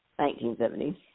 1970s